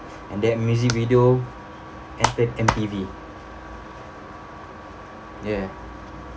and that music video entered M_T_V ya